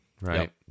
right